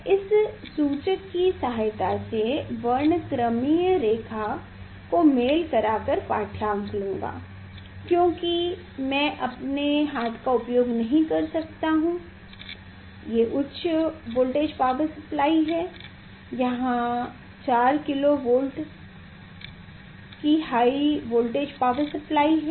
मैं इस सूचक की सहायता से वर्णक्रमीय रेखा को मेल करा कर पाठ्यांक लूँगा क्योंकि मैं अपने हाथ का उपयोग नहीं कर रहा हूं क्योंकि उच्च वोल्टेज पावर सप्लाइ है यहाँ है 4 किलो वोल्ट की हाइ पावर सप्लाइ है